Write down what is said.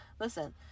Listen